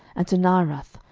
and to naarath,